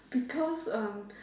because um